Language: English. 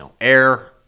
air